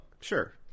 Sure